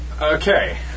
Okay